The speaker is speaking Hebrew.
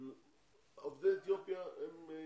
שעובדי אתיופיה עובדים,